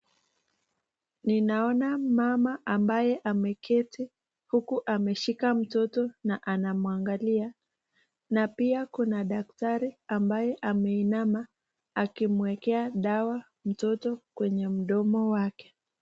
Ninaona mama ambayo ameketi huku ameshika mtoto na anamwangalia na pia kuna daktari ambaye ameinama, akimwekea dawa mtoto kwenye mdomo wake.